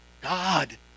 God